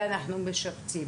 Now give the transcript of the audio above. ולפי זה אנחנו משבצים.